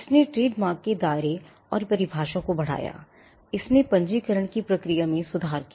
इसने ट्रेडमार्क के दायरे और परिभाषा को बढ़ाया इसने पंजीकरण की प्रक्रिया में सुधार किया